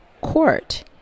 court